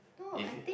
if